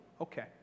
okay